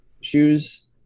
shoes